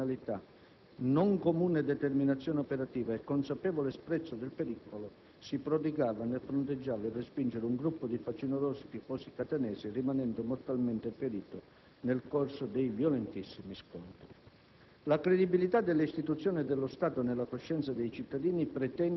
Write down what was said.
il 2 febbraio 2007 - cito testualmente - «con spiccata professionalità, non comune determinazione operativa e consapevole sprezzo del pericolo, si prodigava nel fronteggiare e respingere un gruppo di facinorosi tifosi catanesi, rimanendo mortalmente ferito nei corso dei violentissimi scontri».